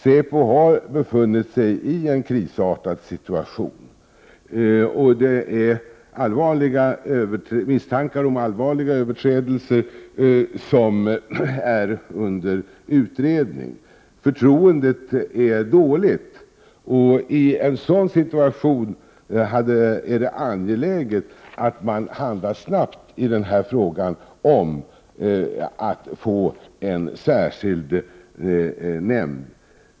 Säpo har befunnit sig i en krisartad situation, och misstankar om allvarliga överträdelser är under utredning. Förtroendet är dåligt. I en sådan situation är det angeläget att man handlar snabbt i denna fråga och inför en särskild nämnd.